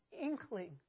inkling